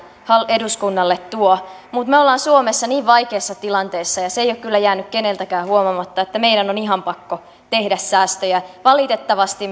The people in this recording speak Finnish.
eduskunnalle tuo mutta me olemme suomessa niin vaikeassa tilanteessa ja se ei ole kyllä jäänyt keneltäkään huomaamatta että meidän on ihan pakko tehdä säästöjä valitettavasti